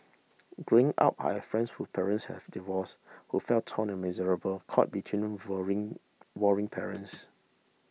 growing up I had friends who parents had divorced who felt torn and miserable caught between warring parents